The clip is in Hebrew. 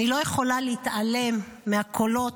אני לא יכולה להתעלם מהקולות